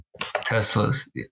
Tesla's